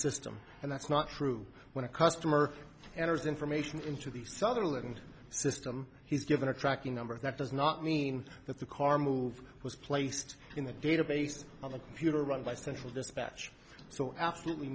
system and that's not true when a customer enters information into the sutherland system he's given a tracking number that does not mean that the car move was placed in the database on the computer run by central dispatch so absolutely